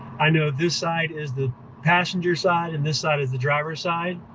i know this side is the passenger side and this side is the driver's side.